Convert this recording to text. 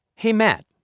hey, matt,